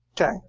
Okay